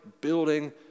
building